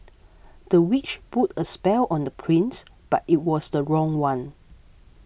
the witch put a spell on the prince but it was the wrong one